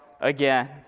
again